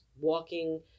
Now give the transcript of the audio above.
walking